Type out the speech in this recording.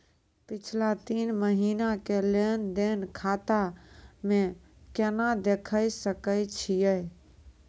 पिछला तीन महिना के लेंन देंन खाता मे केना देखे सकय छियै?